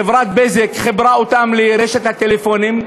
חברת "בזק" חיברה אותם לרשת הטלפונים,